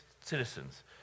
citizens